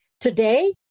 Today